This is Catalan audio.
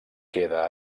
queda